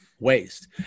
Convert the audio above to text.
waste